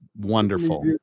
wonderful